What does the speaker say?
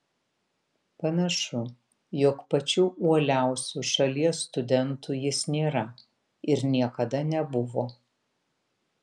panašu jog pačiu uoliausiu šalies studentu jis nėra ir niekada nebuvo